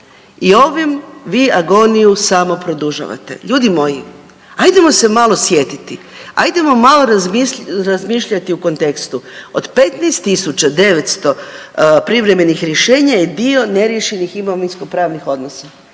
I ovom vi agoniju samo produžavate. Ljudi moji, ajdemo se malo sjetiti, ajdemo malo razmišljati u kontekstu, od 15.900 privremenih rješenja je dio neriješenih imovinskopravnih odnosa,